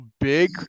big